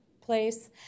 place